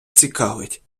цікавить